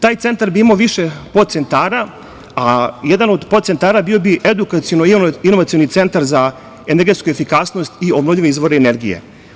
Taj centar bi imao više podcentara, a jedan od podcentara bio bi edukaciono-inovacioni centar za energetsku efikasnost i obnovljivi izvor energije.